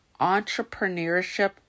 Entrepreneurship